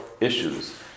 issues